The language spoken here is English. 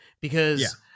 Because-